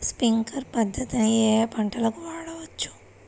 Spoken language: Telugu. స్ప్రింక్లర్ పద్ధతిని ఏ ఏ పంటలకు వాడవచ్చు?